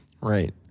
Right